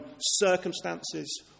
circumstances